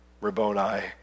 Rabboni